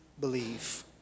believe